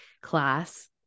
class